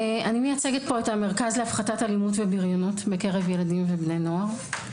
אני מייצגת פה את המרכז להפחתת אלימות ובריונות בקרב ילדים ובני נוער.